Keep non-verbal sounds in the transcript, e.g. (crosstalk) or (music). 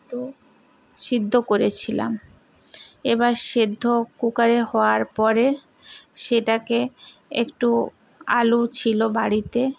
(unintelligible) সিদ্ধ করেছিলাম এবার সেদ্ধ কুকারে হওয়ার পরে সেটাকে একটু আলু ছিল বাড়িতে